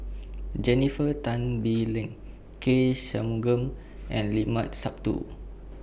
Jennifer Tan Bee Leng K Shanmugam and Limat Sabtu